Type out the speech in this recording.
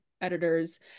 editors